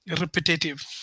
repetitive